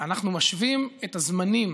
אנחנו משווים את הזמנים